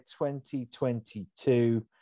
2022